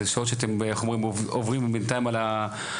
זה שעות שאתם עוברים בינתיים על איך